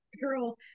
girl